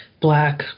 black